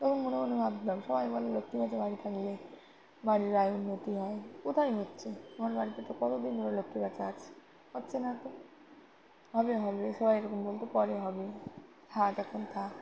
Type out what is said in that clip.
তখন মনে মনে ভাবতাম সবাই বলে লক্ষ্মীপ্যাঁচা বাড়ি থাকলে বাড়ির আয় উন্নতি হয় কোথায় হচ্ছে আমার বাড়িতে তো কতদিন ধর লক্ষ্মীপ্যাঁচা আছে হচ্ছে না তো হবে হবে সবাই এরকম বলতো পরে হবে থাক এখন থাক